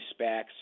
SPACs